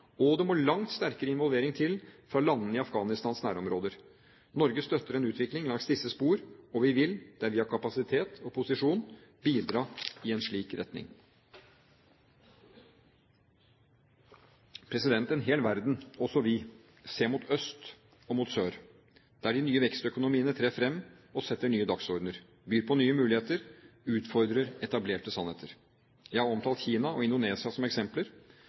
og det må langt sterkere involvering til fra landene i Afghanistans nærområder. Norge støtter en utvikling langs disse spor, og vi vil – der vi har kapasitet og posisjon – bidra i en slik retning. En hel verden, også vi, ser mot øst og mot sør – der de nye vekstøkonomiene trer fram og setter nye dagsordener, byr på nye muligheter, utfordrer etablerte sannheter. Jeg har omtalt Kina og Indonesia som eksempler.